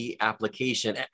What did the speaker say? application